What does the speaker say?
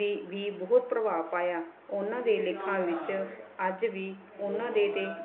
ਦੇ ਵੀ ਬਹੁਤ ਪ੍ਰਭਾਵ ਪਾਇਆ ਉਹਨਾਂ ਦੇ ਲੇਖਾਂ ਵਿੱਚ ਅੱਜ ਵੀ ਉਹਨਾਂ ਦੇ ਅਤੇ